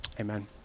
Amen